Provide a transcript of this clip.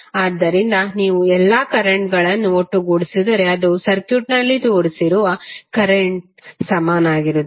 ಆದ್ದರಿಂದ ನೀವು ಎಲ್ಲಾ ಕರೆಂಟ್ ಗಳನ್ನು ಒಟ್ಟುಗೂಡಿಸಿದರೆ ಅದು ಸರ್ಕ್ಯೂಟ್ನಲ್ಲಿ ತೋರಿಸಿರುವ ಕರೆಂಟ್ ಸಮಾನವಾಗಿರುತ್ತದೆ